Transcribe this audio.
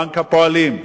בבנק הפועלים.